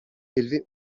élevé